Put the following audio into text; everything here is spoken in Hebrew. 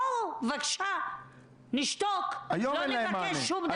בואו, בבקשה, נשתוק, לא נבקש שום דבר.